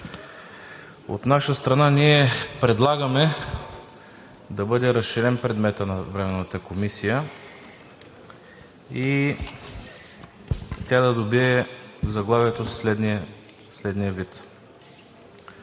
От наша страна предлагаме да бъде разширен предметът на Временната комисия и тя да добие в заглавието си следния вид: